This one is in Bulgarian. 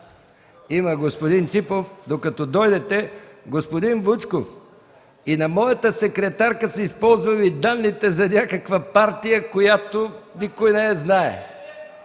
на господин Ципов. Докато дойде, господин Вучков – и на моята секретарка са използвали данните за някаква партия, която никой не я знае.